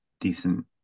decent